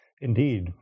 Indeed